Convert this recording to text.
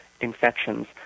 infections